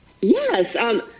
Yes